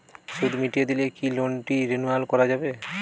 সুদ মিটিয়ে দিলে কি লোনটি রেনুয়াল করাযাবে?